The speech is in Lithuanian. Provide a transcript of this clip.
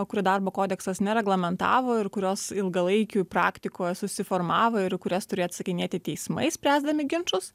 kurių darbo kodeksas nereglamentavo ir kurios ilgalaikių praktikoj susiformavo ir į kurias turėjo atsakinėti teismai spręsdami ginčus